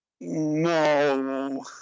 No